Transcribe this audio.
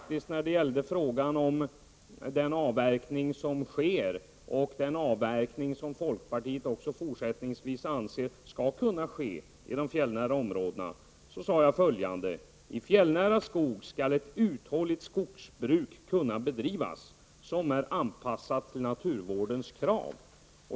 När det gäller frågan om den avverkning som sker och den avverkning som vi i folkpartiet anser också fortsättningsvis skall kunna ske i de fjällnära områdena sade jag dessutom följande: ''I fjällnära skog skall ett uthålligt skogsbruk kunna bedrivas, som är anpassat till naturvårdens krav.''